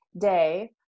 day